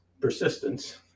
persistence